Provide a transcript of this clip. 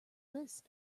list